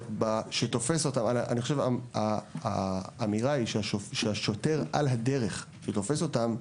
אבל האמירה היא שהשוטר על הדרך שתופס אותם,